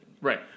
Right